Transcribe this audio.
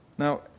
Now